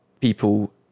people